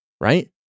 right